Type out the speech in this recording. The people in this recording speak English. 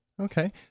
Okay